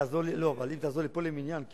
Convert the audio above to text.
כבוד השר לא היה על הדוכן, הייתי מאפשר לך.